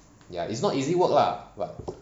ya it's not easy work lah but